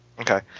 Okay